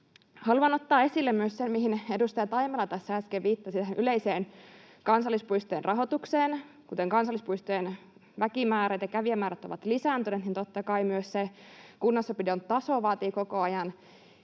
Haluan ottaa esille myös sen, mihin edustaja Taimela tässä äsken viittasi, yleisen kansallispuistojen rahoituksen. Kun kansallispuistojen väkimäärät ja kävijämäärät ovat lisääntyneet, niin totta kai myös se kunnossapidon taso vaatii koko ajan